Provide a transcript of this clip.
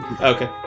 Okay